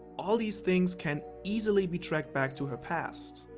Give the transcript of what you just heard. all these things can easily be tracked back to her past.